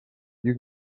you